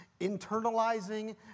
internalizing